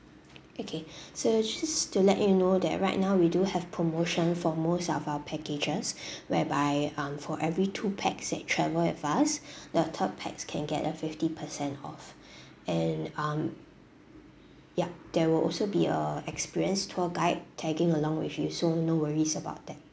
okay so just to let you know that right now we do have promotion for most of our packages whereby um for every two pax that travel with us the third pax can get a fifty percent off and um yup there will also be a experienced tour guide tagging along with you so no worries about that